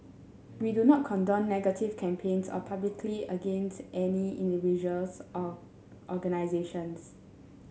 we do not condone negative campaigns or publicity against any individuals or organisations